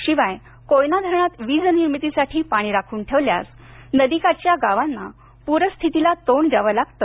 शिवाय कोयना धरणात वीज निर्मितीसाठी पाणी राखून ठेवल्यास नदीकाठच्या गावांना प्रस्थितीला तोंड द्यावे लागते